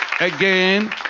again